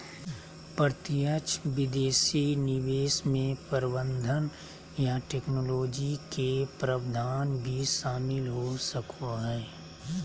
प्रत्यक्ष विदेशी निवेश मे प्रबंधन या टैक्नोलॉजी के प्रावधान भी शामिल हो सको हय